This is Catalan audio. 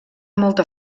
molta